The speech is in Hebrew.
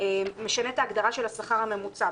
קרעי משנה את ההגדרה של השכר הממוצע.